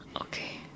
Okay